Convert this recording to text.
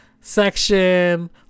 section